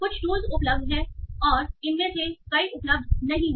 कुछ टूल्स उपलब्ध हैं और इनमें से कई उपलब्ध नहीं हैं